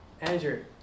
Andrew